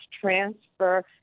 transfer